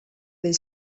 del